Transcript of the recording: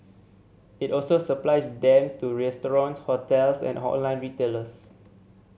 it also supplies them to restaurants hotels and online retailers